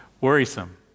Worrisome